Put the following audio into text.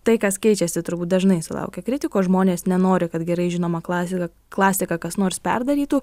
tai kas keičiasi turbūt dažnai sulaukia kritikos žmonės nenori kad gerai žinoma klasika klasiką kas nors perdarytų